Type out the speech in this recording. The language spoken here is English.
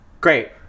great